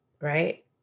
Right